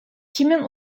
kimin